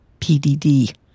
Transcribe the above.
pdd